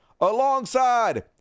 alongside